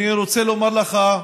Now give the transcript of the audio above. אני רוצה לומר לך,